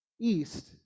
East